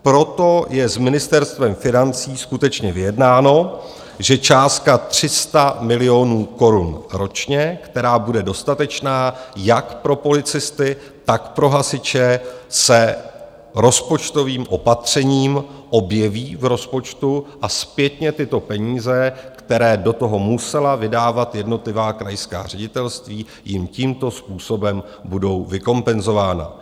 Proto je s Ministerstvem financí skutečně vyjednáno, že částka 300 milionů korun ročně, která bude dostatečná jak pro policisty, tak pro hasiče, se rozpočtovým opatřením objeví v rozpočtu a zpětně tyto peníze, které do toho musela vydávat jednotlivá krajská ředitelství, jim tímto způsobem budou vykompenzována.